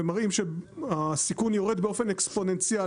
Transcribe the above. ומראים שהסיכון יורד באופן אקספוננציאלי